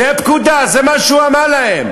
זו פקודה, זה מה שהוא אמר להם.